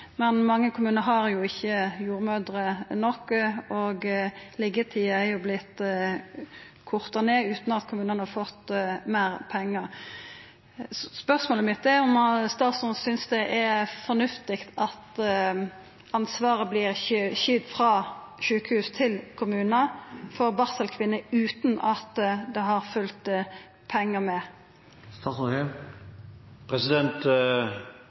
Men mange kommunar har jo ikkje jordmødre nok, og liggjetida er blitt korta ned utan at kommunane har fått meir pengar. Spørsmålet mitt er om statsråden synest det er fornuftig at ansvaret for barselkvinner vert skyvd frå sjukehus til kommune utan at det har følgt pengar med.